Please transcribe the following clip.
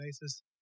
basis